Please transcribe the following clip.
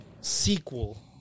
sequel